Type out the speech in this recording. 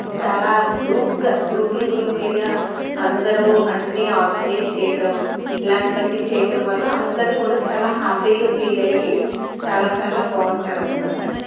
చాలా గ్రూపుగా గ్రూపులు గ్రూపులుగా అందరూ అన్ని ఆర్గనైజ్ చేయటం ఇలాంటివన్నీ చేయటం వల్ల అందరూ కూడా చాలా హ్యాపీగా ఫీల్ అయ్యి చాలా చాలా బాగుంటారు అనమాట